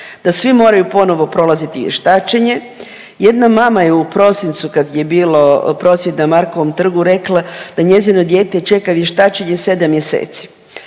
da svi moraju ponovno prolaziti vještačenje. Jedna mama je u prosincu kad je bilo prosvjed na Markovom trgu rekla da njezino dijete čeka vještačenje sedam mjeseci.